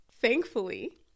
Thankfully